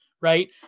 right